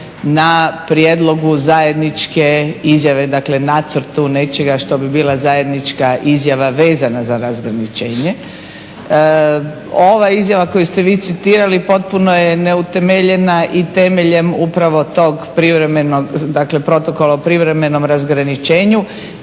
na prijedlogu zajedničke izjave, dakle nacrtu nečega što bi bila zajednička izjava vezana za razgraničenje. Ova izjava koju ste vi citirali potpuno je neutemeljena i temeljem upravo tog privremenog, dakle protokola o privremenom razgraničenju